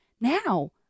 now